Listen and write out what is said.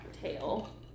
tail